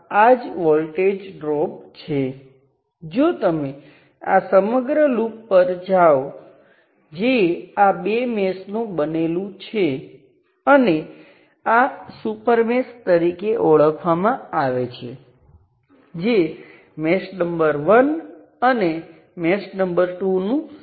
ફરીથી તમે જોશો કે નીચલા રેઝિસ્ટરમાં આપણી પાસે 6 વોલ્ટ છે અને ઉપરના રેઝિસ્ટરમાં આપણી પાસે 4 વોલ્ટ છે અને અહીં કરંટ 0